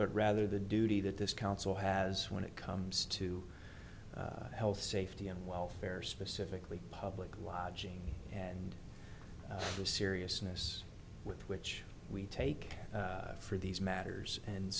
but rather the duty that this council has when it comes to health safety and welfare specifically public lodging and the seriousness with which we take for these matters and